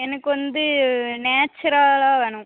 எனக்கு வந்து நேச்சுரலாக வேணும்